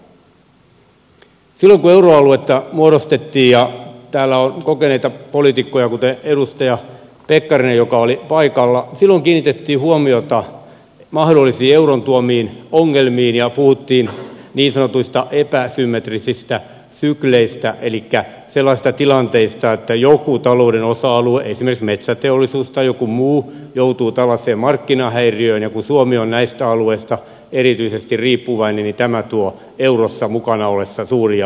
silloin kun euroaluetta muodostettiin täällä on kokeneita poliitikkoja kuten edustaja pekkarinen joka oli paikalla silloin kiinnitettiin huomiota mahdollisiin euron tuomiin ongelmiin ja puhuttiin niin sanotuista epäsymmetrisistä sykleistä elikkä sellaisista tilanteista että joku talouden osa alue esimerkiksi metsäteollisuus tai joku muu joutuu tällaiseen markkinahäiriöön ja kun suomi on näistä alueista erityisesti riippuvainen niin tämä tuo eurossa mukana ollessa suuria ongelmia